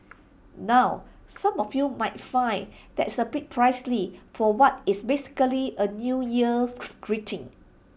now some of you might find that is A bit pricey for what is basically A new year's greeting